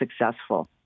successful